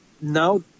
now